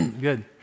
good